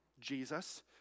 Jesus